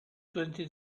twenty